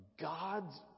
God's